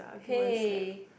hey